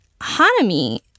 Hanami